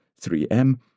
3M